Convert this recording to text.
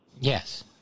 Yes